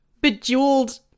bejeweled